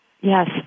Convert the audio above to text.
Yes